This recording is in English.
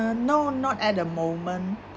uh no not at the moment